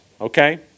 okay